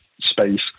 space